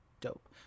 dope